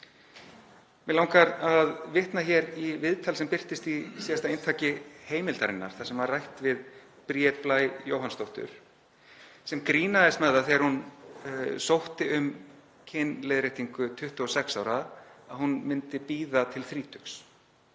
Mig langar að vitna hér í viðtal sem birtist í síðasta eintaki Heimildarinnar, þar sem var rætt við Bríeti Blæ Jóhannsdóttur, sem grínaðist með það þegar hún sótti um kynleiðréttingu 26 ára að hún myndi bíða til þrítugs.